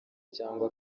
cyangwa